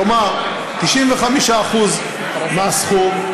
כלומר, 95% מהסכום,